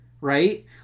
right